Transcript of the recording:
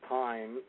time